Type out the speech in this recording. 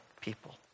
people